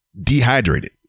dehydrated